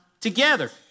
together